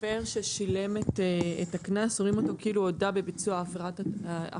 שמפר ששילם את הקנס רואים אותו כאילו הודה בביצוע הפרת התעבורה.